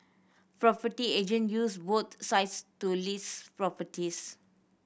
property agent use both sites to list properties